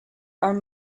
are